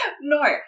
No